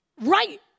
right